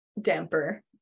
damper